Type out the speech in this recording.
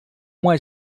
uma